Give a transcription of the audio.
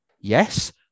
Yes